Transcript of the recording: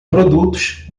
produtos